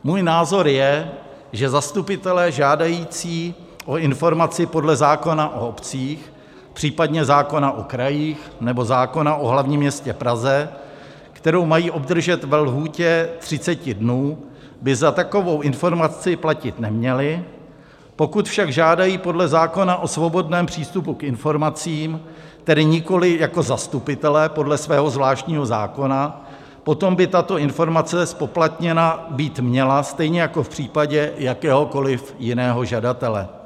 Můj názor je, že zastupitelé žádající o informaci podle zákona o obcích, případně zákona o krajích nebo zákona o hlavním městě Praze, kterou mají obdržet ve lhůtě třicet dnů, by za takovou informaci platit neměli, pokud však žádají podle zákona o svobodném přístupu k informacím, tedy nikoli jako zastupitelé podle svého zvláštního zákona, potom by tato informace zpoplatněna být měla stejně jako v případě jakéhokoliv jiného žadatele.